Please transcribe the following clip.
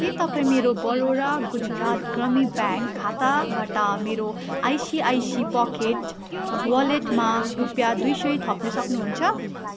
के तपाईँ मेरो बडोदा गुजरात ग्रामीण ब्याङ्क खाताबाट मेरो आइसिआइसी पकेट वालेटमा रुपियाँ दुई सय थप्न सक्नु हुन्छ